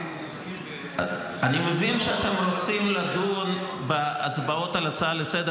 אני מבין שאתם רוצים לדון בהצבעות על ההצעה-לסדר